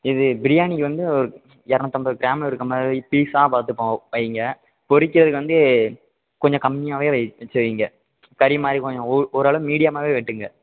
இது பிரியாணிக்கு வந்து இரநூத்தம்பது கிராம் இருக்க மாதிரி பீஸ்ஸாக பார்த்து போ வைங்க பொரிக்கிறதுக்கு வந்து கொஞ்சம் கம்மியாகவே வை வச்சு வைங்க கறி மாதிரி கொஞ்சம் ஓர் ஓரளவு மீடியமாகவே வெட்டுங்கள்